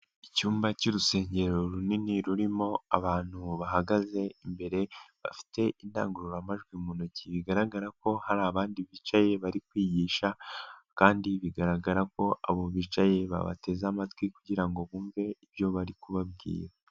Icyumba cy'urusengero runini rurimo abantu bahagaze imbere, bafite indangururamajwi mu ntoki bigaragara ko hari abandi bicaye bari kwigisha kandi bigaragara ko abo bicaye babateze amatwi kugira ngo bumve ibyo bari kubabwira.